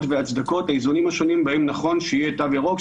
וההצדקות והאיזונים השונים בהם נכון שיהיה תו ירוק,